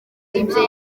ibyo